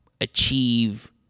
achieve